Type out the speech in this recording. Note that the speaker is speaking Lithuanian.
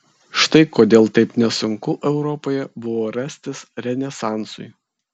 štai kodėl taip nesunku europoje buvo rastis renesansui